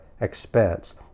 expense